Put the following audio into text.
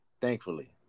Thankfully